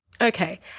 Okay